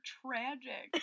tragic